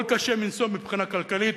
עול קשה מנשוא מבחינה כלכלית,